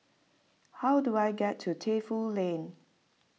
how do I get to Lane